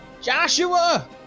Joshua